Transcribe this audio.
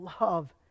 Love